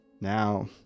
Now